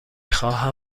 خواهم